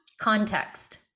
context